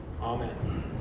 Amen